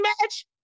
match